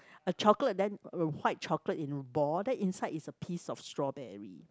a chocolate then white chocolate in ball then inside is a piece of strawberry